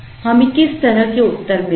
हमें किस तरह के उत्तर मिलेंगे